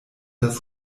das